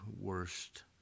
worst